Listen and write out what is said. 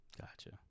Gotcha